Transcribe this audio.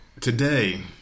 Today